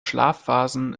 schlafphasen